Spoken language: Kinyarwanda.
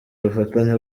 ubufatanye